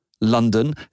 London